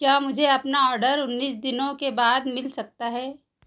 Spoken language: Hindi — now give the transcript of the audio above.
क्या मुझे अपना ऑर्डर उन्नीस दिनों के बाद मिल सकता है